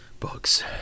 Books